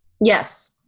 Yes